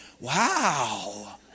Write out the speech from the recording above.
Wow